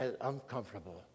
uncomfortable